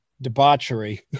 debauchery